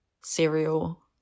cereal